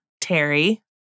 Terry